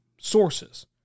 sources